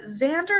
Xander